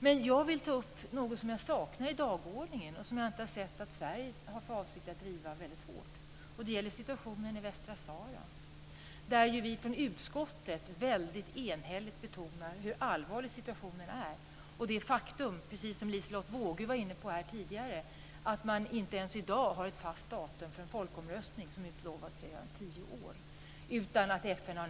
Men jag vill ta upp något som jag saknar på dagordningen - en fråga som jag inte heller har sett att Sverige har för avsikt att driva. Det gäller situationen i Västsahara. Vi från utskottet betonar väldigt enhälligt hur allvarlig situationen är och det faktum att man inte ens i dag har ett fast datum för en folkomröstning som är utlovad sedan tio år, precis som Liselotte Wågö var inne på tidigare.